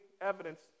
evidence